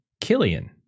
Killian